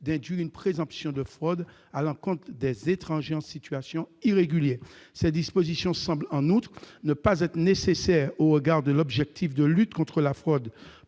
d'induire une présomption de fraude à l'encontre des étrangers en situation irrégulière. Ces dispositions semblent, en outre, ne pas être nécessaires au regard de l'objectif de lutte contre la fraude,